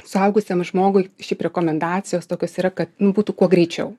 suaugusiam žmogui šiaip rekomendacijos tokios yra kad būtų kuo greičiau